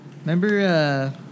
Remember